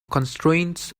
constraints